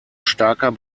starker